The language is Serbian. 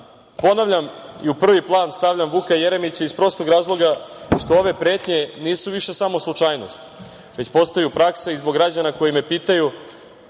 ponavljam i u prvi plan stavljam Vuka Jeremića iz prostog razloga što ove pretnje nisu više samo slučajnost, već postaju praksa i zbog građana koji me pitaju